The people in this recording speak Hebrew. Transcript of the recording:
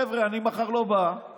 חבר'ה, ממחר אני לא באה